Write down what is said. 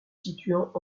situant